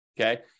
okay